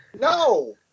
No